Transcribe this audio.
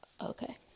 okay